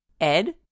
Ed